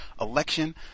election